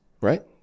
right